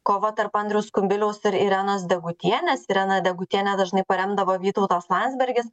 kova tarp andriaus kubiliaus ir irenos degutienės ireną degutienę dažnai paremdavo vytautas landsbergis